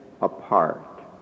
apart